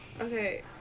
Okay